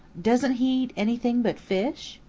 doesn't he eat anything but fish?